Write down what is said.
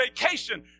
vacation